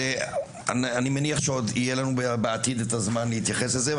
ואני מניח שעוד יהיה לנו בעתיד את הזמן להתייחס לזה.